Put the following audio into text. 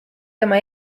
tema